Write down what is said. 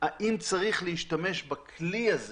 האם צריך להשתמש בכלי הזה